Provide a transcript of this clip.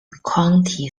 county